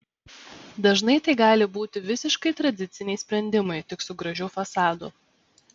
dažnai tai gali būti visiškai tradiciniai sprendimai tik su gražiu fasadu